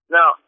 Now